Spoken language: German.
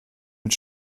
mit